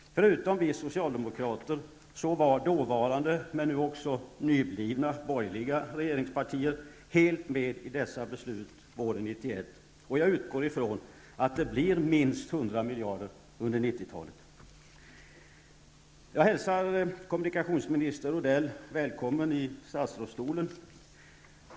Förutom vi socialdemokrater var dåvarande borgerliga partier men nu också nyblivna borgerliga regeringspartier helt med om dessa beslut våren 1991, och jag utgår ifrån att det blir minst 100 miljarder under 1990-talet. Jag hälsar kommunikationsminister Odell välkommen i statsrådsstolen.